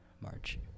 March